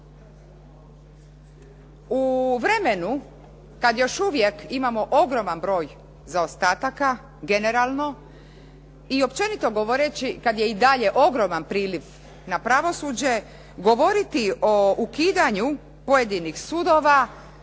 U vremenu kada još uvijek imamo ogroman broj zaostataka, generalno i općenito govoreći kada je i dalje ogroman priliv na pravosuđe, govoriti o ukidanju pojedinih sudova